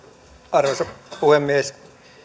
arvoisa puhemies